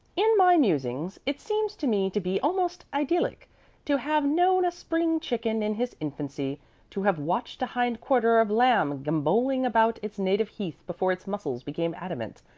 in my musings it seems to me to be almost idyllic to have known a spring chicken in his infancy to have watched a hind-quarter of lamb gambolling about its native heath before its muscles became adamant,